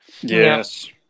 Yes